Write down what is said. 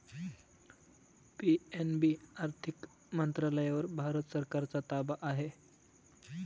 PNB आर्थिक मंत्रालयावर भारत सरकारचा ताबा आहे